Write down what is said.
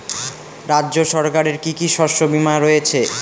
রাজ্য সরকারের কি কি শস্য বিমা রয়েছে?